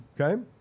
Okay